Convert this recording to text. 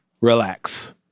Relax